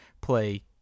play